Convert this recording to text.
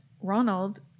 Ronald